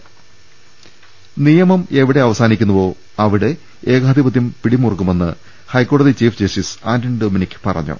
അദ്ദേഷ്ടെടെ ഒരു നിയമം എവിടെ അവസാനിക്കുന്നുവോ അവിടെ ഏകാധിപത്യം പിടി മുറുക്കുമെന്ന് ഹൈക്കോടതി ചീഫ് ജസ്റ്റിസ് ആന്റണി ഡൊമനിക്ക് പറഞ്ഞു